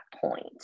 point